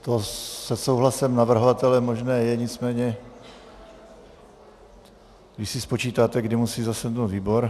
To se souhlasem navrhovatele možné je, nicméně když si spočítáte, kdy musí zasednout výbor...